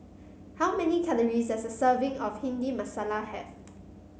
how many calories does a serving of Bhindi Masala have